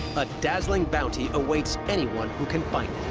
a dazzling bounty awaits anyone who can find